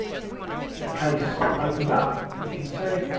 ah case opens up as you can see.